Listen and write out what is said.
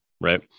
Right